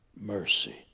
Mercy